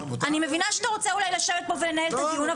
אני מבינה שאתה רוצה אולי לשבת פה ולנהל את הדיון,